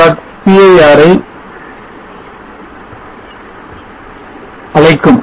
cir ஐ அழைக்கும்